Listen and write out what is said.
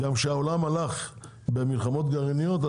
כשהעולם הלך במלחמות גרעיניות,